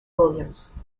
williams